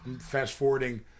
fast-forwarding